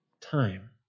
time